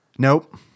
Nope